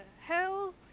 hell